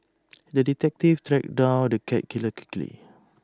the detective tracked down the cat killer quickly